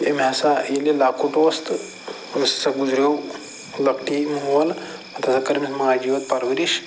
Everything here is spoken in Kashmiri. أمۍ ہَسا ییٚلہِ یہِ لۄکُٹ اوس تہٕ أمس ہَسا گُزریو لۄکٹی مول پَتہٕ ہَسا کٔر أمس ماجہِ یوت پروَرِش